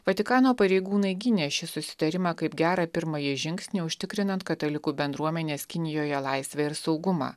vatikano pareigūnai gynė šį susitarimą kaip gerą pirmąjį žingsnį užtikrinant katalikų bendruomenės kinijoje laisvę ir saugumą